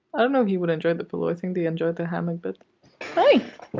ah know if he would enjoy the pillow. i think they enjoyed their hammock, but hi.